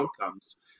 outcomes